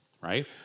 right